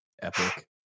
epic